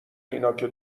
اینا، که